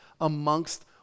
amongst